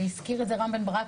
והזכיר את זה רם בן ברק,